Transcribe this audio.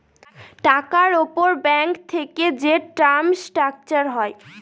টাকার উপর ব্যাঙ্ক থেকে যে টার্ম স্ট্রাকচার হয়